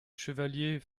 chevalier